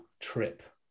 trip